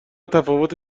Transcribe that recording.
تفاوت